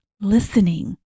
listening